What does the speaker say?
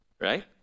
right